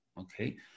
okay